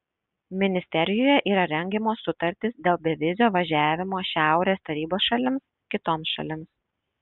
ministerijoje yra rengiamos sutartys dėl bevizio važiavimo šiaurės tarybos šalims kitoms šalims